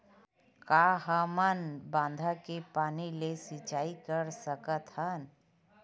का हमन बांधा के पानी ले सिंचाई कर सकथन?